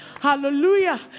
Hallelujah